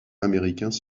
américains